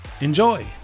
Enjoy